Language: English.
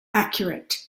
accurate